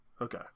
Okay